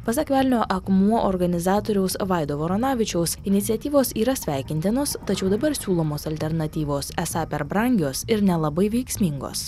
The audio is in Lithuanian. pasak velnio akmuo organizatoriaus vaido voronavičiaus iniciatyvos yra sveikintinos tačiau dabar siūlomos alternatyvos esą per brangios ir nelabai veiksmingos